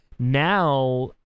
Now